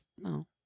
no